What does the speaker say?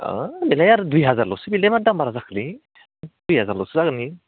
अ बेलाय आरो दुइ हाजारल'सो बेलाय मा दाम बारा जाखोलै दुइ हाजार ल'सो जागोन बे